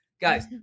Guys